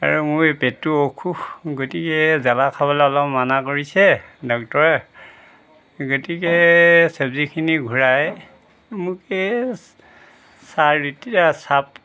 আৰু মোৰ এই পেটটো অসুখ গতিকে জ্বলা খাবলৈ অলপ মনা কৰিছে ডক্টৰে গতিকে চব্জীখিনি ঘূৰাই মোক এই